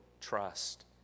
trust